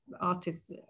artists